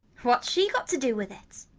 what's she got to do with it?